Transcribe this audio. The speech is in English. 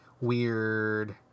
weird